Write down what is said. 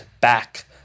back